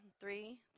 Three